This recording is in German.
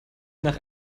nach